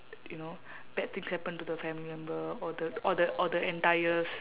you know bad things happen to the family member or the or the or the entire